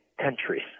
countries